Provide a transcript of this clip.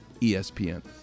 ESPN